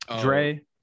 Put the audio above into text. Dre